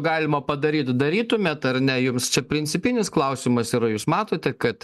galima padaryt darytumėt ar ne jums čia principinis klausimas yra jūs matote kad